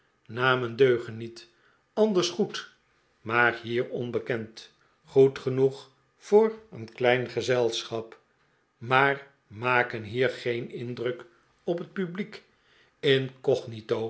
namen deugen niet anders goed maar bier onbekend goed genoeg voor een klein gezelschap maar maken hier geen indruk op het publiek incognito